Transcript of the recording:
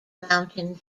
mountain